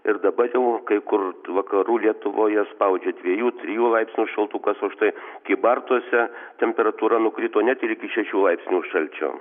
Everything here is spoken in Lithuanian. ir dabar jau kai kur vakarų lietuvoje spaudžia dviejų trijų laipsnių šaltukas o štai kybartuose temperatūra nukrito net ir iki šešių laipsnių šalčio